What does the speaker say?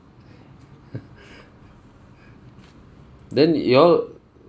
then you all